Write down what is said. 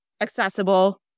accessible